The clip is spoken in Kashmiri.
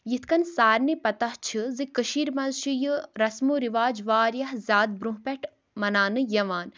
یِتھٕ کٔنۍ سارنٕے پَتاہ چھِ زِ کٔشیٖر منٛز چھِ یہِ رسمو رِواج واریاہ زیادٕ برٛونٛہہ پٮ۪ٹھٕ مَناونہٕ یِوان